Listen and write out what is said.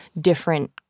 different